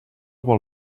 vol